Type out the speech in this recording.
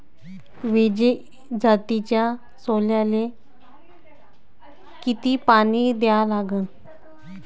विजय जातीच्या सोल्याले किती पानी द्या लागन?